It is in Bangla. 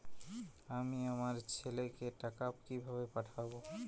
আমি আমার ছেলেকে টাকা কিভাবে পাঠাব?